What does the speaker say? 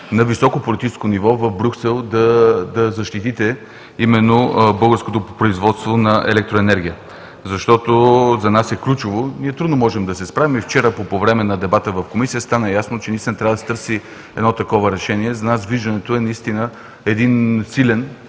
на високо политическо ниво в Брюксел да защитите именно българското производство на електроенергия. За нас е ключово… Ние трудно можем да се справим. И вчера по време на дебата в Комисията стана ясно, че трябва да се търси такова решение. За нас виждането е силен